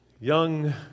young